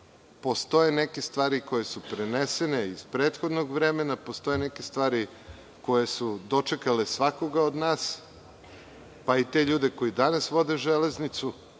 postoje neke stvari koje su prenesene iz prethodnog vremena. Postoje neke stvari koje su dočekale svakoga od nas, pa i te ljude koji danas vode železnicu.